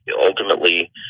ultimately